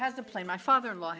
has the play my father in law